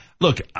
Look